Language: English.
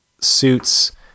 suits